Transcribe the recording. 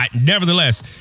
nevertheless